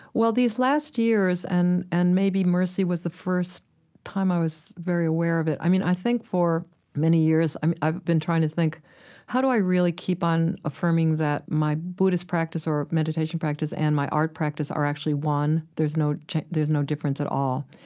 well, these last years and and maybe mercy was the first time i was very aware of it, i mean, i think for many years, i've been trying to think how do i really keep on affirming that my buddhist practice or meditation practice and my art practice are actually one? there's no there's no difference at all.